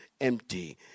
empty